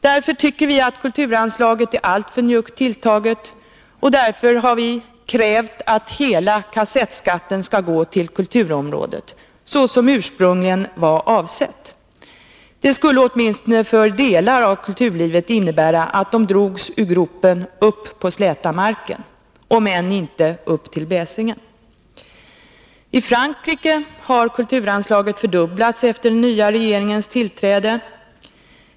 Därför anser vi att kulturanslaget är alltför njuggt tilltaget, och därför kräver vi att hela kassettskatten skall gå till kulturområdet, såsom ursprungligen var avsett. Det skulle åtminstone för delar av kulturlivet innebära att de drogs ur gropen upp på släta marken, om än inte till bäsingen. I Frankrike har kulturanslaget fördubblats efter den nya regeringens tillträde.